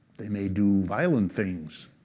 they may do violent things.